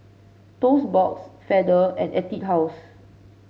Toast Box Feather and Etude House